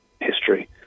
history